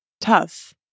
tough